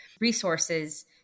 resources